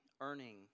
earning